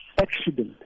accident